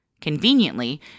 Conveniently